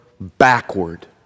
backward